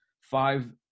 five